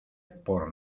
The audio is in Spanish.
por